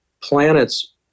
planets